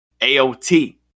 AOT